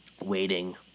Waiting